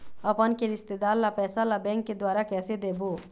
अपन के रिश्तेदार ला पैसा ला बैंक के द्वारा कैसे देबो?